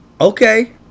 Okay